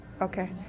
Okay